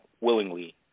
willingly